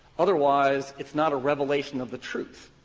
otherwise it's not a revelation of the truth.